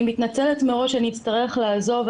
אני מתנצלת מראש שאצטרך לעזוב.